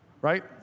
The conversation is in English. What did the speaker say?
right